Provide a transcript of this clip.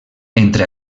entre